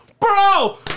Bro